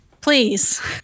please